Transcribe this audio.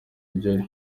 iryo